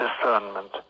discernment